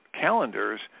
calendars